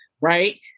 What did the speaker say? Right